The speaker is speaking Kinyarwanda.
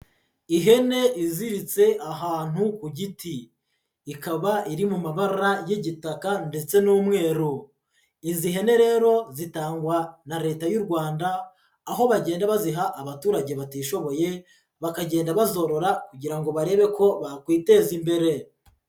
Ihene iziritse ahantu ku giti, ikaba iri mu mabara y'igitaka ndetse n'umweru, izi hene rero zitangwa na Leta y'u Rwanda, aho bagenda baziha abaturage batishoboye bakagenda bazorora kugira ngo barebe ko bakwiteza imbere.